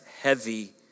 heavy